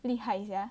厉害 sia